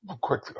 quick